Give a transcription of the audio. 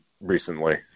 recently